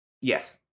Yes